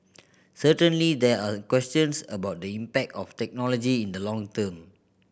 certainly there are questions about the impact of technology in the long term